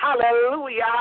hallelujah